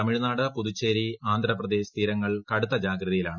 തമിഴ്നാട് പുതുച്ചേരി ആന്ധ്രാപ്രദ്ദേശ് ്തീരങ്ങൾ കടുത്ത ജാഗ്രതയിലാണ്